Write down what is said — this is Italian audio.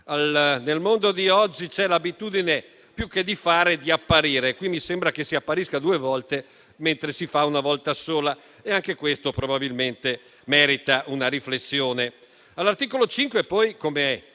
Al mondo di oggi c'è l'abitudine più che a fare ad apparire e qui mi sembra che sia appaia due volte, mentre si fa una volta sola e anche questo probabilmente merita una riflessione. All'articolo 5 poi, come ha